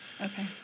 Okay